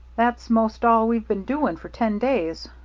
that's most all we've been doing for ten days.